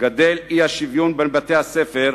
גדל האי-שוויון בין בתי-הספר,